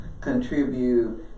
contribute